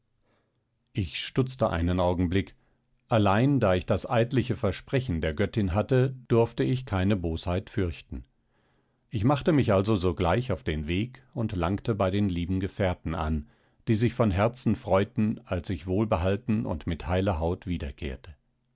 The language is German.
ich stutzte einen augenblick allein da ich das eidliche versprechen der göttin hatte durfte ich keine bosheit fürchten ich machte mich also sogleich auf den weg und langte bei den lieben gefährten an die sich von herzen freuten als ich wohlbehalten und mit heiler haut wiederkehrte